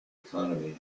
economy